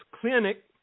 clinic